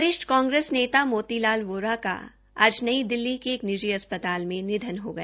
वरिष्ठ कांग्रेस नेता मोती लाल वोरा का आज नई दिल्ली मे एक निजी अस्पताल में निधन हो गया